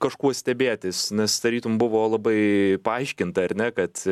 kažkuo stebėtis nes tarytum buvo labai paaiškinta ar ne kad